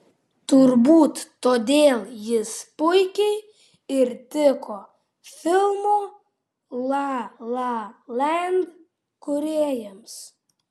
turbūt todėl jis puikiai ir tiko filmo la la land kūrėjams